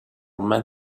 men